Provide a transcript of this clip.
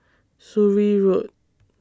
Surrey Road